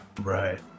Right